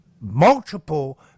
multiple